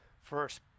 first